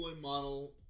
model